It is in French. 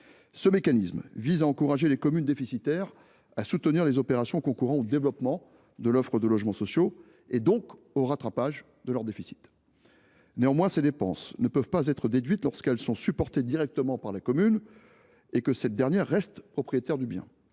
Ce mécanisme vise à encourager les communes déficitaires à soutenir les opérations concourant au développement de l’offre de logements sociaux, et donc au rattrapage de leur déficit. Néanmoins, ces dépenses ne peuvent être déduites lorsqu’elles sont directement supportées par la commune, qui reste propriétaire du bien.